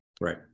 right